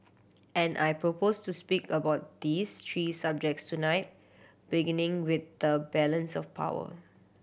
and I propose to speak about these three subjects tonight beginning with the balance of power